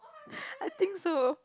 I think so